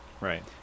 Right